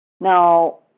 Now